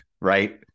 right